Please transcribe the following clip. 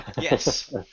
Yes